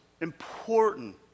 important